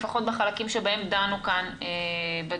לפחות בחלקים שבהם דנו כאן בדיון.